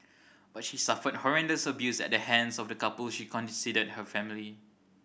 but she suffered horrendous abuse at the hands of the couple she considered her family